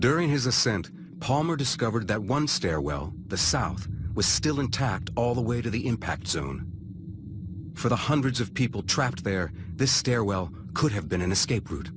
during his ascent palmer discovered that one stairwell the south was still intact all the way to the impact zone for the hundreds of people trapped there this stairwell could have been an escape route